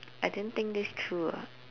I didn't think this through ah